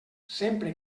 sempre